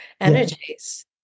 energies